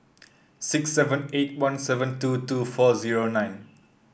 six seven eight one seven two two four zero nine